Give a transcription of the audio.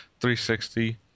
360